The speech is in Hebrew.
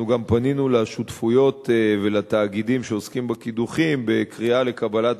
אנחנו גם פנינו לשותפויות ולתאגידים שעוסקים בקידוחים בקריאה לקבלת